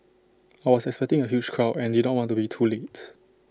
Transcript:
I was expecting A huge crowd and did not want to be too late